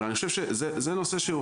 אבל אני חושב שזה נושא שהוא,